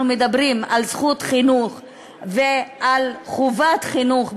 מדברים על זכות חינוך ועל חובת חינוך במדינה,